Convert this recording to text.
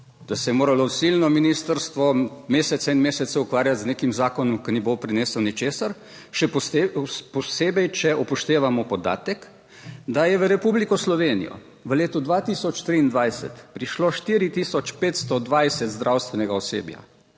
da se je moralo silno ministrstvo mesece in mesece ukvarjati z nekim zakonom, ki ne bo prinesel ničesar. Še posebej, če upoštevamo podatek, da je v Republiko Slovenijo v letu 2023 prišlo 4 tisoč 520 zdravstvenega osebja,